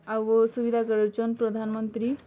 ଆଉ ଅସୁବିଧା କରୁଛନ୍ ପ୍ରଧାନମନ୍ତ୍ରୀ